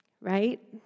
right